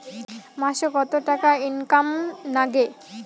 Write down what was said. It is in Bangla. মাসে কত টাকা ইনকাম নাগে?